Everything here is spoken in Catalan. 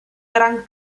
gran